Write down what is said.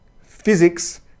physics